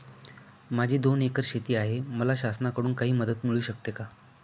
माझी दोन एकर शेती आहे, मला शासनाकडून काही मदत मिळू शकते का?